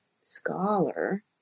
scholar